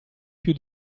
più